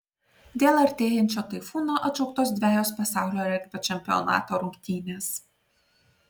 dėl artėjančio taifūno atšauktos dvejos pasaulio regbio čempionato rungtynės